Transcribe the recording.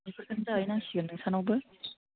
बेफोरखौनो जाहैनांसिगोन नोंसानावबो